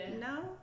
No